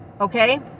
Okay